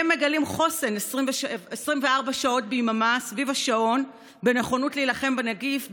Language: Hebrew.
הם מגלים חוסן 24 שעות ביממה סביב השעון בנכונות להילחם בנגיף,